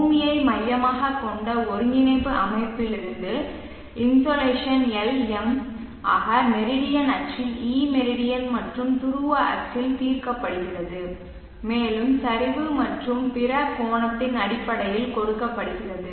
பூமியை மையமாகக் கொண்ட ஒருங்கிணைப்பு அமைப்பிலிருந்து இன்சோலேஷன் Lm ஆக மெரிடியன் அச்சில் E மெரிடியன் மற்றும் துருவ அச்சில் தீர்க்கப்படுகிறது மேலும் சரிவு மற்றும் பிற கோணத்தின் அடிப்படையில் கொடுக்கப்படுகிறது